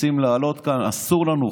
רוצים להעלות כאן אסור לנו,